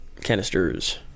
Canisters